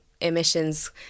emissions